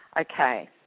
Okay